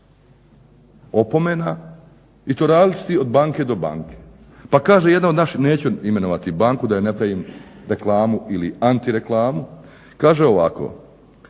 opomena i to različitih od banke do banke, pa kaže jedna od naših, neću imenovati banku da joj ne pravim reklamu ili antireklamu, kaže ovako: